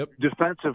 Defensive